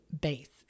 base